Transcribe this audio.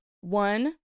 One